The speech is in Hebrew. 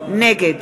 נגד